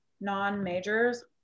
non-majors